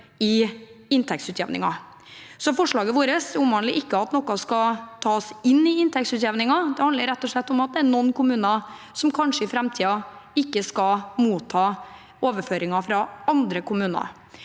i inntektsutjevningen. Forslaget vårt omhandler ikke at noe skal tas inn i inntektsutjevningen, det handler rett og slett om at det er noen kommuner som kanskje i framtiden ikke skal motta overføringer fra andre kommuner.